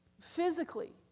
physically